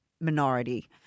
minority